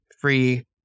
free